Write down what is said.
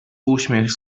uśmiech